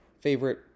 favorite